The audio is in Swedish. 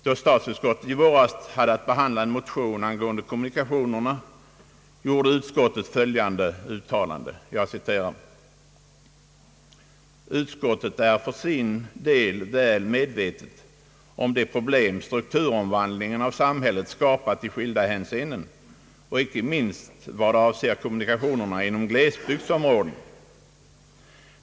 Då statsutskottet i våras hade att behandla en motion angående kommunikationerna, gjorde utskottet följande uttalande: »Utskottet är för sin del väl medvetet om de problem strukturomvandlingen av samhället skapat i skilda hänseenden och inte minst i vad avser kommunikationerna inom glesbygdsområden.